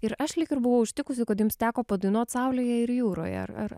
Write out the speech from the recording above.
ir aš lyg ir buvau užtikusi kad jums teko padainuoti saulėje ir jūroje ar ar